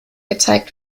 gezeigt